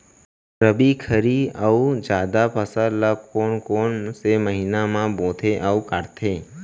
रबि, खरीफ अऊ जादा फसल ल कोन कोन से महीना म बोथे अऊ काटते?